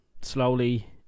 slowly